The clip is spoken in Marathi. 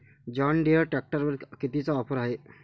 जॉनडीयर ट्रॅक्टरवर कितीची ऑफर हाये?